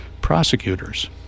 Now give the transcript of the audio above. prosecutors